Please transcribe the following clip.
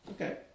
Okay